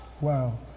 Wow